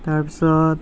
তাৰপিছত